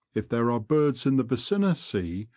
if there are birds in the vicinity,